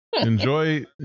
Enjoy